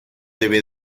debe